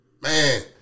Man